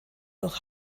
durch